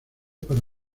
para